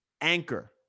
anchor